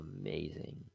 amazing